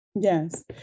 Yes